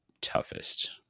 toughest